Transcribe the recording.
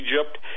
Egypt